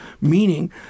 meaning